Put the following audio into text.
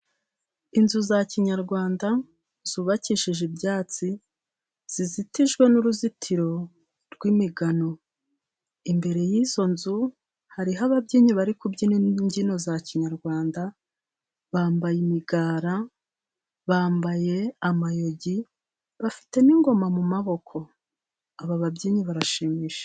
Inzu za kinyarwanda zubakishije ibyatsi, zizitijwe n'uruzitiro rw'imigano, imbere y'izo nzu hariho ababyinnyi bari kubyina n'imbyino za kinyarwanda, bambaye imigara, bambaye amayogi, bafite n'ingoma mu maboko. Aba babyinnyi barashimisha.